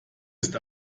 ist